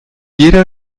jeder